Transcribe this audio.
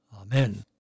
Amen